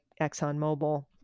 ExxonMobil